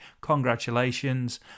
congratulations